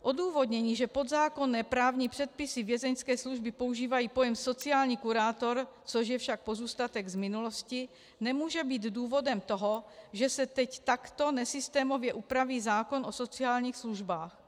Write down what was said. Odůvodnění, že podzákonné právní předpisy Vězeňské služby používají pojem sociální kurátor což je však pozůstatek z minulosti nemůže být důvodem toho, že se takto nesystémově upraví zákon o sociálních službách.